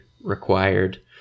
required